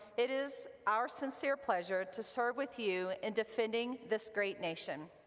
it is our sincere pleasure to serve with you in defending this great nation.